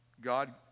God